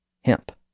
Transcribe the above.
hemp